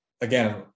again